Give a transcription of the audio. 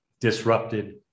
disrupted